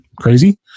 crazy